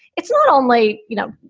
it's not only, you know,